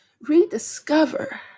Rediscover